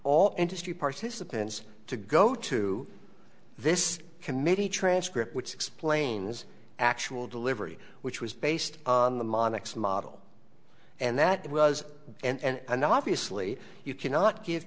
all industry participants to go to this committee transcript which explains actual delivery which was based on the monex model and that it was and obviously you cannot give